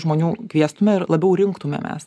žmonių kviestume ir labiau rinktumėmės